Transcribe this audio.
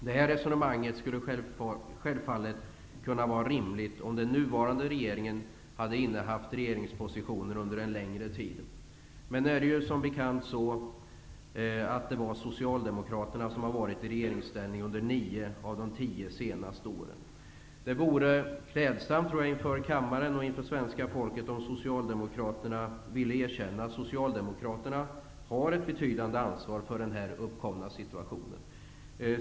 Det resonemanget skulle självfallet kunna vara rimligt om den nuvarande regeringen hade innehaft regeringspositionen under en längre tid. Nu är det ju som bekant så att socialdemokraterna har varit i regeringsställning under nio av de tio senaste åren. Det vore klädsamt om socialdemokraterna inför kammaren och inför svenska folket ville erkänna att de har ett betydande ansvar för den uppkomna situationen.